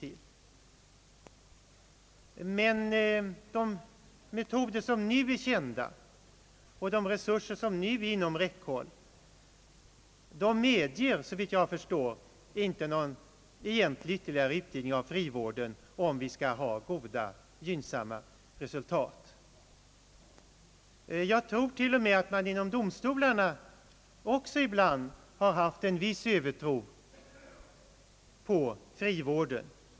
Men de metoder som nu är kända och de resurser som nu är inom räckhåll medger såvitt jag förstår inte någon nämnvärd ytterligare utbyggnad av frivården, om vi skall nå gynnsamma resultat. Jag tror t.o.m. att man också inom domstolarna ibland har haft en viss övertro på frivården.